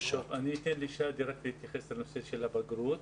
אני אתן לשאדי סכראן להתייחס לנושא של הבגרות.